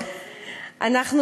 לכבודי הדיון על הים ועל החופים?